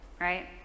right